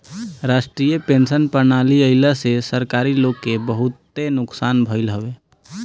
राष्ट्रीय पेंशन प्रणाली आईला से सरकारी लोग के बहुते नुकसान भईल हवे